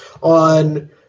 on